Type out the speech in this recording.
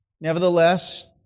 Nevertheless